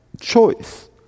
choice